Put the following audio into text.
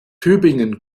tübingen